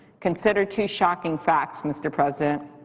consider two shocking facts, mr. president.